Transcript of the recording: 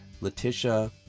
Letitia